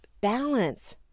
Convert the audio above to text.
Balance